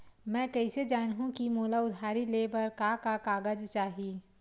मैं कइसे जानहुँ कि मोला उधारी ले बर का का कागज चाही?